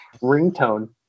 ringtone